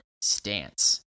stance